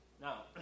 Now